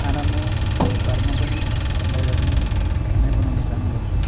खाना म घरमा पनि बाहिर पनि खानै बनाउने काम गर्छु